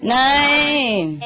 nine